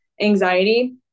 anxiety